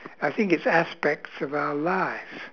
I think it's aspects of our life